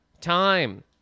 time